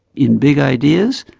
in big ideas,